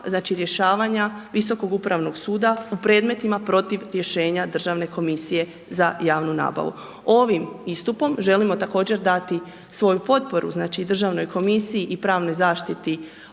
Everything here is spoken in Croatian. znači, rješavanja Visokog upravnog suda u predmetima protiv rješenja Državne komisije za javnu nabavu. Ovim istupom želimo također dati svoju potporu znači i državnoj komisiji i pravnoj zaštiti